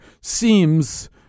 seems